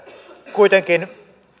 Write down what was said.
kuitenkin